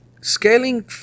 Scaling